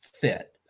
fit